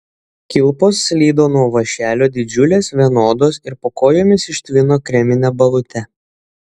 kilpos slydo nuo vąšelio didžiulės vienodos ir po kojomis ištvino kremine balute